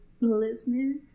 Listening